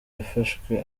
yafashwe